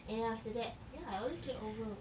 and after that ya I always sleep over